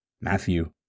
Matthew